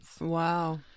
Wow